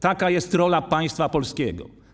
Taka jest rola państwa polskiego.